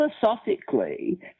Philosophically